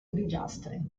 grigiastre